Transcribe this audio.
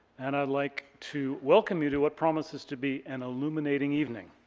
and i'd like to welcome you to what promises to be an illuminating evening,